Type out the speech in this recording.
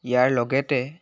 ইয়াৰ লগতে